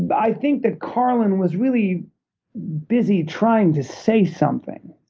but i think that carlin was really busy trying to say something.